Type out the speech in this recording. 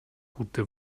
gute